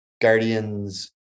Guardians